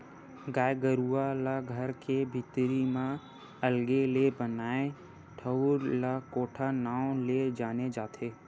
गाय गरुवा ला घर के भीतरी म अलगे ले बनाए ठउर ला कोठा नांव ले जाने जाथे